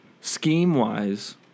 Scheme-wise